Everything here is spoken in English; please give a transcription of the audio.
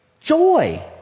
joy